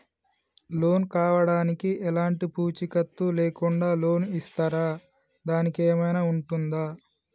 Loan కావడానికి ఎలాంటి పూచీకత్తు లేకుండా లోన్ ఇస్తారా దానికి ఏమైనా ఉంటుందా?